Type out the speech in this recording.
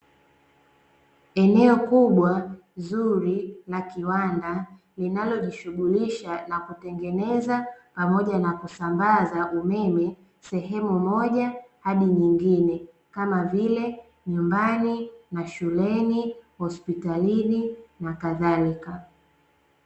Eneo kubwa zuri la kiwanda linalojishughulisha na kutengeneza pamoja na kusambaza umeme sehemu moja hadi nyingine kama vile nyumbani, mashuleni hospitalini na kadhalika.